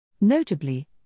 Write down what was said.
Notably